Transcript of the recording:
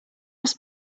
must